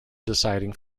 deciding